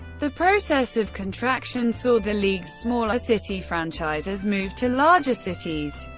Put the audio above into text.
the process of contraction saw the league's smaller-city franchises move to larger cities.